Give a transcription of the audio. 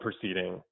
proceeding